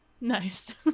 Nice